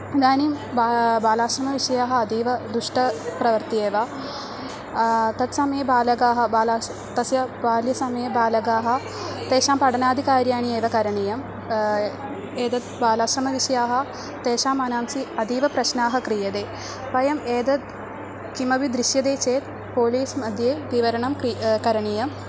इदानीं बा बालाश्रमविषयाः अतीवदुष्टप्रवृत्तिः एव तत्समये बालकाः बालाः तस्य बाल्यसमये बालकाः तेषां पठनादिकार्याणि एव करणीयम् एतत् बालाश्रमविषयाः तेषां मनांसि अतीव प्रश्नाः क्रियन्ते वयम् एतत् किमपि दृश्यते चेत् पोलीस् मध्ये विवरणं क्रि करणीयम्